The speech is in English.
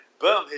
boom